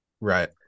Right